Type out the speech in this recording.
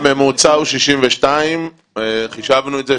הממוצע הוא 62. חישבנו את זה,